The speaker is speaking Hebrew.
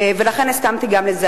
ולכן הסכמתי גם לזה.